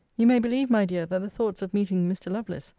you may believe, my dear, that the thoughts of meeting mr. lovelace,